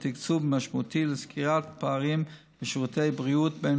ותקצוב משמעותי לסגירת פערים בשירותי בריאות בין